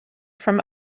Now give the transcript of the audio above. from